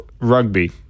rugby